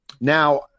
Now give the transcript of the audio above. Now